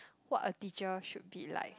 what a teacher should be like